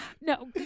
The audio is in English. No